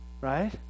Right